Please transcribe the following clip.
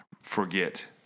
forget